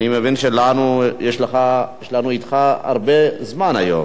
אני מבין שיש לנו אתך הרבה זמן היום.